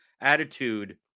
attitude